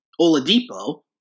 Oladipo